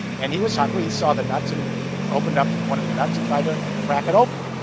and he was hungry, he saw the nuts and opened up one of the nuts, and tried to crack it open.